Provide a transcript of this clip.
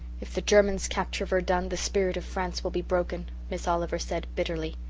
if the germans capture verdun the spirit of france will be broken, miss oliver said bitterly.